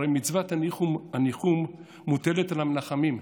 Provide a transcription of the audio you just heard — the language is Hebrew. הרי מצוות הניחום מוטלת על המנחמים,